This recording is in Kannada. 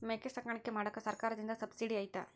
ಮೇಕೆ ಸಾಕಾಣಿಕೆ ಮಾಡಾಕ ಸರ್ಕಾರದಿಂದ ಸಬ್ಸಿಡಿ ಐತಾ?